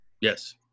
Yes